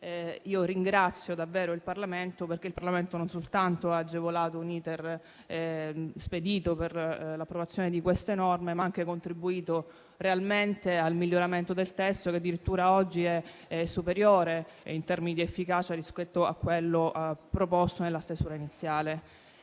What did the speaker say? ringrazio davvero il Parlamento, perché non soltanto ha agevolato un *iter* spedito per l'approvazione di queste norme, ma ha anche contribuito realmente al miglioramento del testo, che addirittura oggi è superiore in termini di efficacia rispetto a quello proposto nella stesura iniziale.